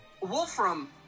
Wolfram